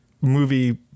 movie